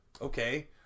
Okay